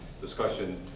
discussion